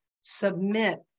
submit